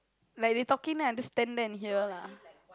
like we talking then I just stand there and hear lah